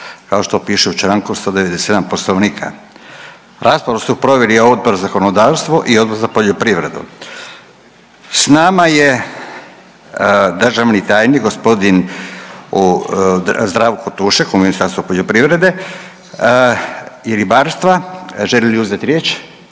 kao što piše u čl. 197 Poslovnika. Raspravu su proveli Odbor za zakonodavstvo i Odbor za poljoprivredu. S nama je državni tajnik, gospodin Zdravko Tušek u Ministarstvu poljoprivrede i ribarstva. Želi li uzeti riječ?